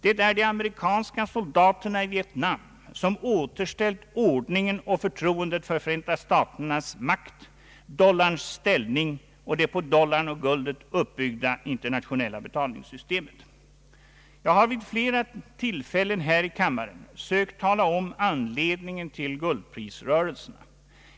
Det är de amerikanska soldaterna i Vietnam som återställt ordningen och förtroendet för Förenta staternas makt, dollarns ställning och det på dollarn och guldet uppbyggda internationella betalningssystemet. Jag har vid flera tillfällen här i kam maren sökt tala om anledningen till guldprisrörelserna.